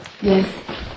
Yes